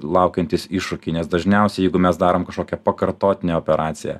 laukiantys iššūkiai nes dažniausiai jeigu mes darom kažkokią pakartotinę operaciją